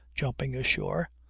jumping ashore.